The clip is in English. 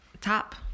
top